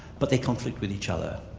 but they conflict with each other.